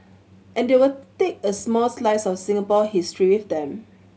and they will take a small slice of Singapore history with them